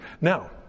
Now